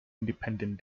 independent